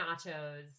nachos